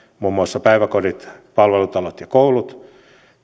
muun muassa päiväkodit palvelutalot ja koulut